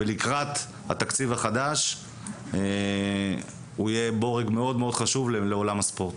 ולקראת התקציב החדש הוא יהיה בורג מאוד מאוד חשוב לעולם הספורט.